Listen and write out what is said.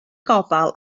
gofal